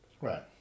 Right